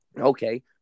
Okay